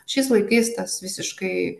šiais laikais tas visiškai